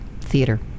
theater